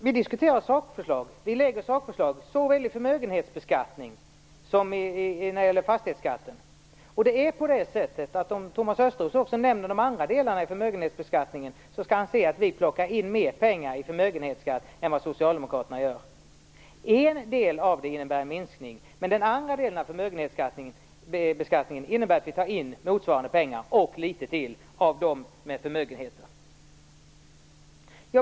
Vi kommer med sakförslag till såväl förmögenshetsbeskattning som fastighetsskatten. Om Thomas Östros också nämner de andra delarna i vårt förslag till förmögenhetsbeskattning, skall han se att vi plockar in mer pengar i förmögenhetsskatt än vad Socialdemokraterna gör. En del av förslaget innebär en minskning, men den andra delen innebär att vi tar in motsvarande summa och litet till av dem med förmögenheter.